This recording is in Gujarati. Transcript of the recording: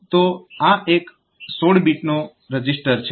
તો આ એક 16 બીટનો રજીસ્ટર છે